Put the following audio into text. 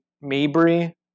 Mabry